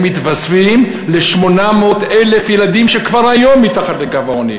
הם מתווספים ל-800,000 ילדים שכבר היום מתחת לקו העוני,